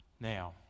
Now